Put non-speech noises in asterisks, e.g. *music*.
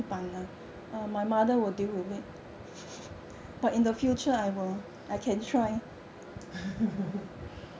*laughs*